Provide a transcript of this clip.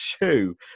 two